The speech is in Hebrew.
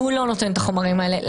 והוא לא נותן את החומרים האלה,